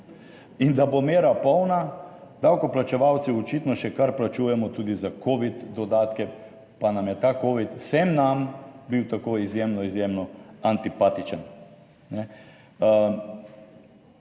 In da bo mera polna, davkoplačevalci očitno še kar plačujemo tudi za covid dodatke. Pa nam je ta covid vsem nam bil tako izjemno, izjemno antipatičen,